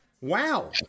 wow